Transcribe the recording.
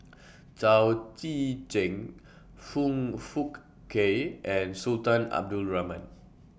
Chao Tzee Cheng Foong Fook Kay and Sultan Abdul Rahman